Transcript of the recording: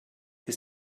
his